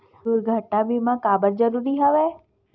दुर्घटना बीमा काबर जरूरी हवय?